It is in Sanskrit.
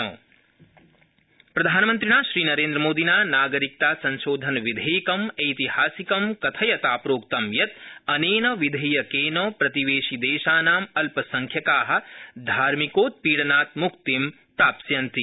प्रधानमन्त्री नागरिकताविधेयकम् प्रधानमन्त्रिणा श्रीनरेन्द्रमोदिना नागरिकता संशोधनविधेयकम् ऐतिहासिकं कथयता प्रोक्तं यत् अनेन विधेयकेन प्रतिवेशिदेशानाम अल्पसंख्यक धार्मिकोत्पीडनात मुक्ति प्राप्स्यन्ति